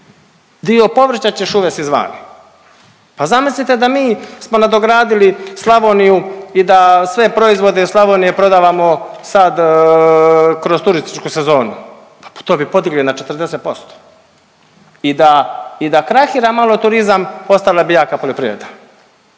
dio povrća ćeš uvesti izvani. Pa zamislite da mi smo nadogradili Slavoniju i da sve proizvode Slavonije prodavamo sad kroz turističku sezonu. Pa to bi podigli na 40%. I da krahira malo turizam ostala bi jaka poljoprivreda,